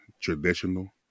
traditional